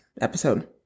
episode